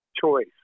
choice